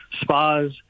spas